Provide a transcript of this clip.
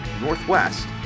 Northwest